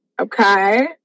okay